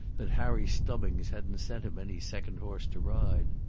that harry stubbings hadn't sent him any second horse to ride.